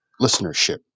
listenership